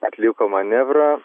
atliko manevrą